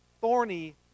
thorny